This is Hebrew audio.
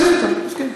מסכים אתך.